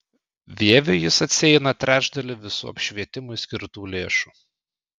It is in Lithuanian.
vieviui jis atsieina trečdalį visų apšvietimui skirtų lėšų